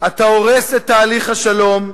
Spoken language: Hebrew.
אתה הורס את תהליך השלום,